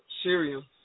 serum